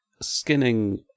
skinning